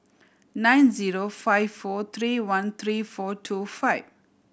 nine zero five four three one three four two five